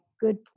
good